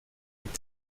und